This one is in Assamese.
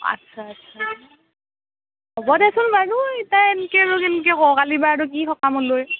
আচ্ছা আচ্ছা আচ্ছা হ'ব দেচোন বাৰু ইতা এনকেনো কেনকৈ কওঁ কালি কিবা আৰু কি সকাম ওলয়